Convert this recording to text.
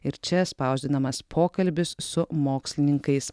ir čia spausdinamas pokalbis su mokslininkais